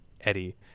eddie